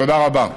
תודה רבה.